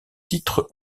titre